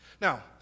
Now